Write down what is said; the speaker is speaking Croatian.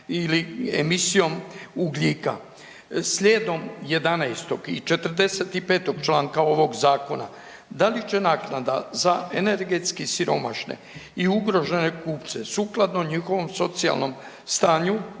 ili emisijom ugljika. Slijedom 11. i 45. čl. ovog Zakona, da li će naknada za energetski siromašne i ugrožene kupce sukladno njihovom socijalnom stanju,